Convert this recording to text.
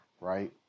right